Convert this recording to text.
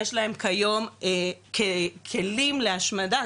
יש להם כיום כלים להשמדה,